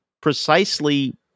precisely